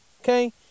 okay